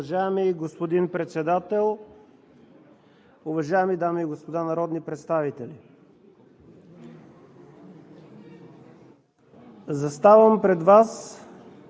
Уважаеми господин Председател, уважаеми дами и господа народни представители! Заставам пред Вас,